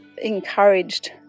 Encouraged